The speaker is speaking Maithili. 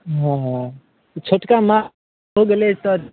हँ छोटका माँछ हो गेलै तऽ